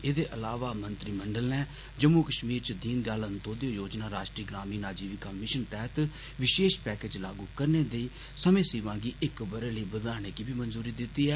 एह्दे अलावा मंत्रीमंडल नै जम्मू कश्मीर च दीन दयाल अन्तोदया योजना राष्ट्री ग्रामीण आजीविका मिशन तैहत विशेष पैकेज लागू करने दी समें सीमा गी एक बरे बदाने दी बी मंजूरी देई दिती ऐ